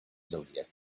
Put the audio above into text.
zodiac